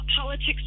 politics